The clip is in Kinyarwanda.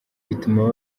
bituma